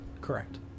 Correct